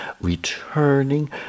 returning